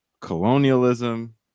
colonialism